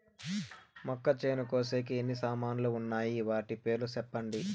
మొక్కచేను కోసేకి ఎన్ని సామాన్లు వున్నాయి? వాటి పేర్లు సెప్పండి?